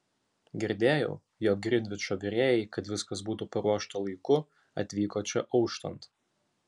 girdėjau jog grinvičo virėjai kad viskas būtų paruošta laiku atvyko čia auštant